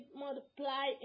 multiply